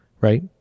Right